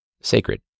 sacred